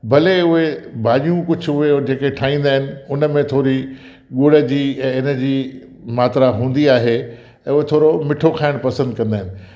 भले उहे भाॼियूं कुझु उहे जेके ठाहींदा आहिनि हुन में थोरी ॻुड़ जी ऐं हिनजी मात्रा हूंदी आहे ऐं उहो थोरो मिठो खाइण पसंदि कंदा आहिनि